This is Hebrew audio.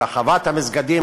ברחבת המסגדים,